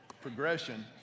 progression